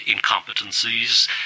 incompetencies